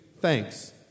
thanks